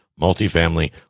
multifamily